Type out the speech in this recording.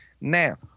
Now